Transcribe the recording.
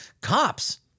Cops